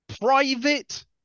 private